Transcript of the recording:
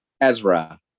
Ezra